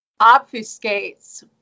obfuscates